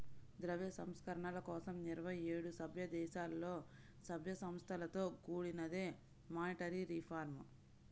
ద్రవ్య సంస్కరణల కోసం ఇరవై ఏడు సభ్యదేశాలలో, సభ్య సంస్థలతో కూడినదే మానిటరీ రిఫార్మ్